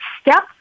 step